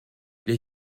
les